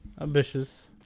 Ambitious